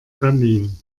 berlin